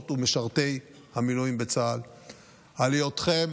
ומשרתי המילואים בצה"ל על היותכם